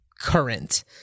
current